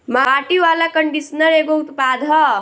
माटी वाला कंडीशनर एगो उत्पाद ह